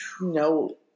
no